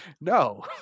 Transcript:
No